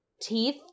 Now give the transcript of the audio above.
teeth